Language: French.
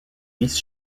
vice